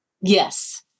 Yes